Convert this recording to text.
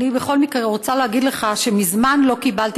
אני בכל מקרה רוצה להגיד לך שמזמן לא קיבלתי